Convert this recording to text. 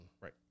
Right